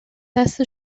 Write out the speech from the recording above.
دست